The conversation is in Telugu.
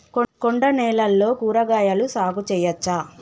కొండ నేలల్లో కూరగాయల సాగు చేయచ్చా?